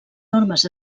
normes